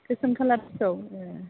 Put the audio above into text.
गोसोम कालारखौ ए